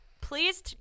Please